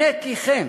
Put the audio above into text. הנה כי כן,